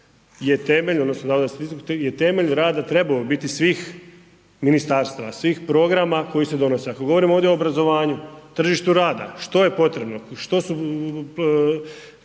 je temelj rada trebao biti svih ministarstava, svih programa koji se donose. Ako govorimo ovdje o obrazovanju, tržištu rada, što je potrebno, što su,